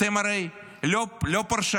אתם הרי לא פרשנים,